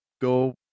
go